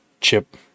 chip